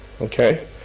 Okay